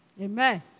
Amen